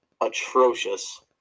atrocious